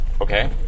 Okay